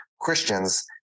Christians